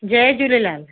Jay Jhulelal